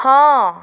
ହଁ